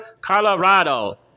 Colorado